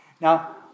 Now